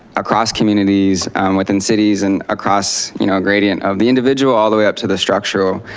across communities within cities and across you know gradient of the individual all the way up to the structural.